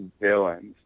villains